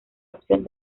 opción